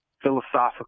Philosophical